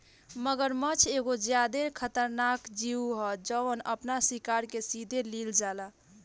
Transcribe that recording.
मगरमच्छ एगो ज्यादे खतरनाक जिऊ ह जवन आपना शिकार के सीधे लिल जाला